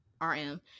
rm